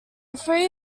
three